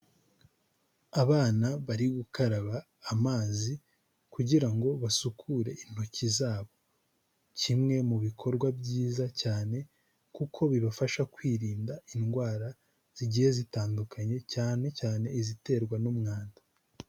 Abana bari gukaraba amazi kugira ngo basukure intoki zabo, kimwe mu bikorwa byiza cyane kuko bibafasha kwirinda indwara zigiye zitandukanye cyane cyane iziterwa n'umwanda.